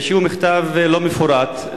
שהוא מכתב לא מפורט,